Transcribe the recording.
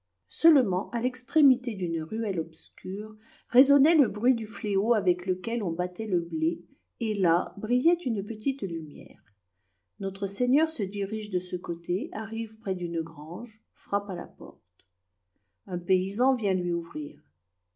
seulement à l'extrémité d'une ruelle obscure résonnait le bruit du fléau avec lequel on battait le blé et là brillait une petite lumière notre-seigneur se dirige de ce côté arrive près d'une grange frappe à la porte un paysan vient lui ouvrir